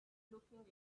looking